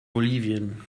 bolivien